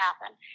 happen